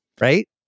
right